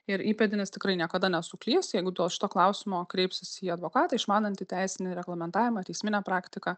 ir įpėdinis tikrai niekada nesuklys jeigu dėl šito klausimo kreipsis į advokatą išmanantį teisinį reglamentavimą teisminę praktiką